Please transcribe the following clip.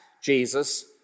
Jesus